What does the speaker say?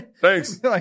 Thanks